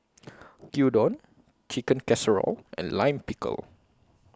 Gyudon Chicken Casserole and Lime Pickle